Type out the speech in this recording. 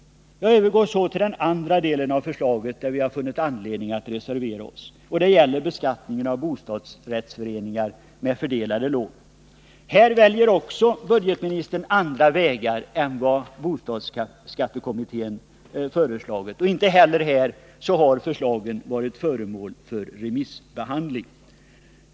Jag övergår så till den andra delen av förslaget, där vi också funnit anledning att reservera oss. Det gäller beskattningen av bostadsrättsföreningar med fördelade lån. Även här väljer budgetministern andra vägar än de som bostadsskattekommittén föreslagit, och inte heller i denna del har förslagen varit föremål för remissbehandling.